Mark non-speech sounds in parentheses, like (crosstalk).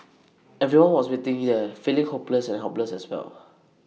(noise) everyone was waiting here feeling hopeless and helpless as well